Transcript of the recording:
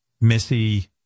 Missy